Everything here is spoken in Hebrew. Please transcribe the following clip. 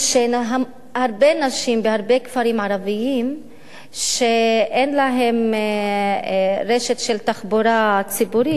שהרבה נשים בהרבה כפרים ערביים שאין להן רשת של תחבורה ציבורית